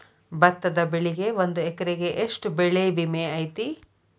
ಭತ್ತದ ಬೆಳಿಗೆ ಒಂದು ಎಕರೆಗೆ ಎಷ್ಟ ಬೆಳೆ ವಿಮೆ ಐತಿ?